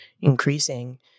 increasing